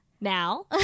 Now